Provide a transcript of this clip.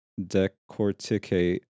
decorticate